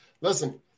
Listen